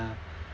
uh